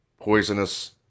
poisonous